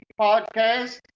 Podcast